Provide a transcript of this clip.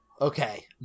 Okay